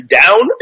down